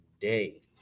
day